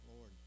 Lord